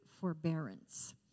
forbearance